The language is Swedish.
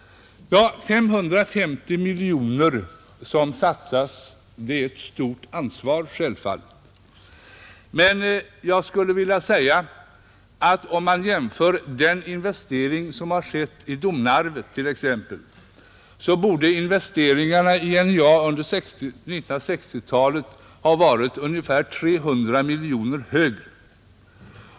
550 miljoner som satsas innebär självfallet ett stort ansvar, Men om man jämför denna satsning med de investeringar som har skett i Domnarvet så är den inte stor. Investeringarna i NJA under 1960-talet borde ha varit ungefär 300 miljoner högre än de som gjorts.